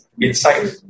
inside